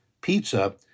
pizza